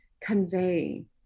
convey